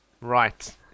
Right